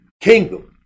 kingdom